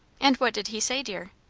and what did he say, dear?